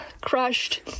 crushed